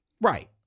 Right